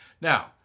Now